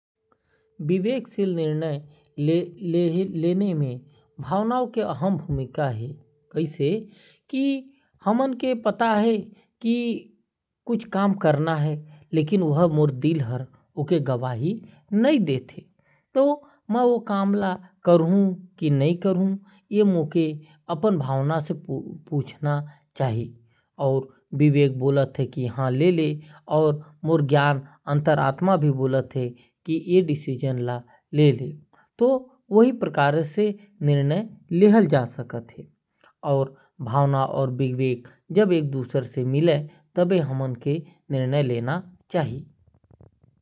विवेक सिल निर्णय ले हे में भावना के अहम भूमिका है। हमन के पता है कुछ करना है लेकिन दिल हर गवाही नहीं दे थे। तो मैं ओ काम ल करो कि न करो तो ये सब ल विवेक से सोचना चाहि और भावना ला समझना चाहि।